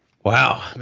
wow. man,